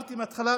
אמרתי בהתחלה,